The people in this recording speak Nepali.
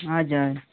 हजुर